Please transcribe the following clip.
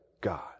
God